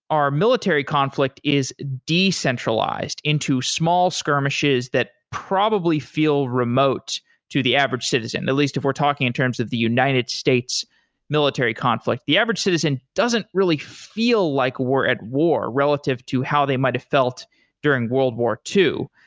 our military conflict is decentralized decentralized into small skirmishes that probably feel remote to the average citizen, at least if we're talking in terms of the united states military conflict. the average citizen doesn't really feel like we're at war relative to how they might've felt during world war ii.